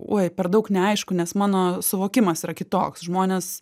oi per daug neaišku nes mano suvokimas yra kitoks žmonės